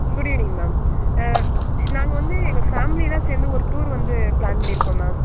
good evening ma'am நாங்கள் வந்து எங்கள் ஃபேம்லிலாம் சேர்ந்து ஒரு டூரு வந்து பிளான் பண்ணியிருக்கோம் மேம்